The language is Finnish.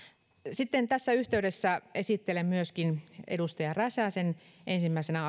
sitten tässä yhteydessä esittelen myöskin edustaja räsäsen ensimmäisenä